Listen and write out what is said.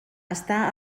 està